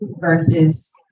versus